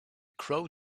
crow